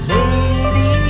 Lady